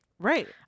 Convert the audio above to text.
Right